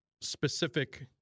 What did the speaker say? specific